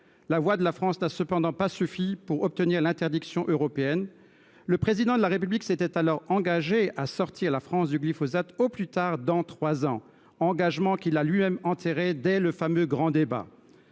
La voix de la France n’a cependant pas suffi pour obtenir l’interdiction européenne. Le Président de la République s’était à l’époque engagé à sortir la France du glyphosate « au plus tard dans trois ans », engagement qu’il a lui même enterré dès le fameux grand débat